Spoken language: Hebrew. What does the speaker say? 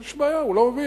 יש בעיה, הוא לא מבין.